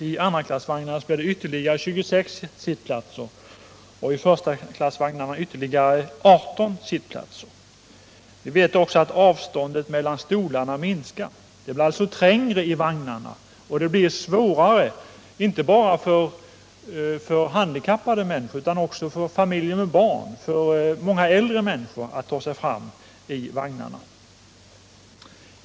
I andraklassvagnarna blir det ytterligare 26 sittplatser och i förstaklassvagnarna ytterligare 18 sittplatser. Avståndet mellan stolarna minskar. Det blir alltså trängre i vagnarna, och det blir svårare, inte bara för handikappade utan också för familjer med barn och för många äldre människor, att ta sig fram i vagnarna.